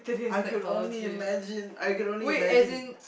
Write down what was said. I could imagine I could only imagine